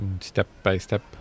step-by-step